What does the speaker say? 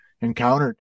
encountered